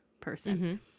person